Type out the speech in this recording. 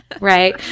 right